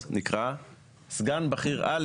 ההשגות מגיעות